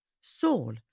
Saul